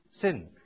Sin